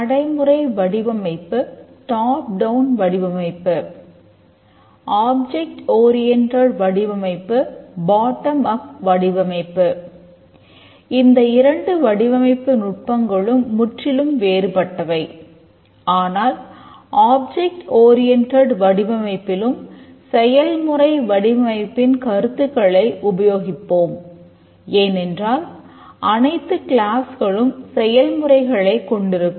நடைமுறை வடிவமைப்பு top down செயல்முறைகளைக் கொண்டிருக்கும்